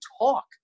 talk